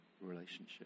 relationship